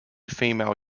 female